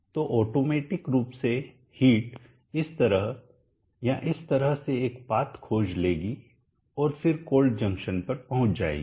तो ऑटोमेटिक रूप से हिट इस तरह या इस तरह से एक पाथ खोज लेगी और फिर कोल्ड जंक्शन पर पहुंच जाएगी